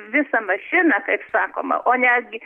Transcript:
visą mašiną kaip sakoma o netgi